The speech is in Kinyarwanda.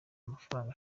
amafaranga